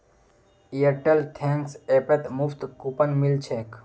Airtel thanks ऐपत मुफ्त coupon मिल छेक